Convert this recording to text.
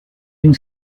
une